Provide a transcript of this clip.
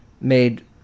made